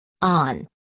On